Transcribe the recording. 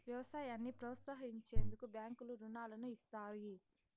వ్యవసాయాన్ని ప్రోత్సహించేందుకు బ్యాంకులు రుణాలను ఇస్తాయి